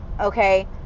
okay